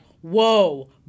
whoa